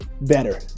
better